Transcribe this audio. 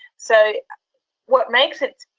so what makes it